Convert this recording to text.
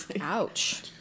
Ouch